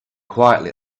quietly